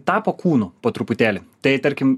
tapo kūnu po truputėlį tai tarkim